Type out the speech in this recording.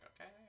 okay